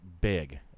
big